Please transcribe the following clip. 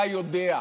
אתה יודע: